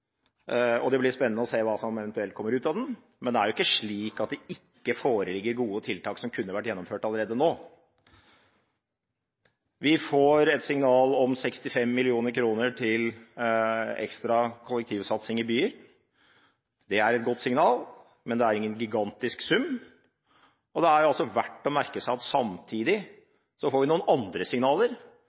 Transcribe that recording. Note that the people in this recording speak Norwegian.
og det blir spennende å se hva som eventuelt kommer ut av den, men det er ikke slik at det ikke foreligger gode tiltak som kunne ha vært gjennomført allerede nå. Vi får et signal om 65 mill. kr til ekstra kollektivsatsing i byer. Det er et godt signal, men det er ingen gigantisk sum, og det er verdt å merke seg at samtidig får vi noen andre signaler,